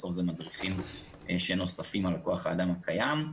בסוף זה מדריכים שנוספים על כוח האדם הקיים.